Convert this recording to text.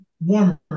warmer